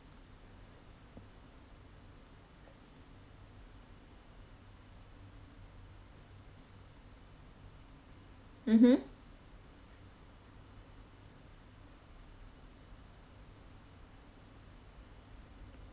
mmhmm